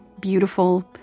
beautiful